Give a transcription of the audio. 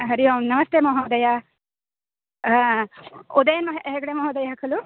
हरिः ओं नमस्ते महोदय उदयन् हेग्डे महोदयः खलु